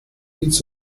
eats